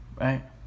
right